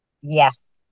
Yes